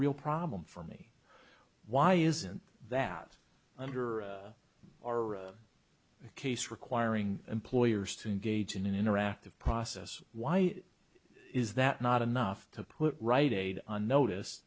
real problem for me why isn't that under our case requiring employers to engage in an interactive process why is that not enough to put rite aid on notice